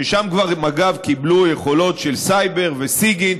ששם כבר מג"ב קיבלו יכולות של סייבר וסיגינט,